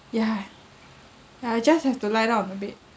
yeah yeah I just have to lie down on the bed